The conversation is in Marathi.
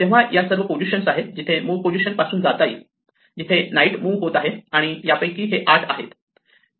तेव्हा या अशा सर्व पोझिशन आहे जिथे मूळ पोझिशन पासून जाता येईल जिथे नाईट मुव्ह होत आहे आणि यापैकी हे आठ आहेत